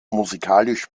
musikalisch